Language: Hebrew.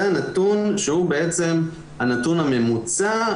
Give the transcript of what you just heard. זה הנתון שהוא בעצם הנתון הממוצע,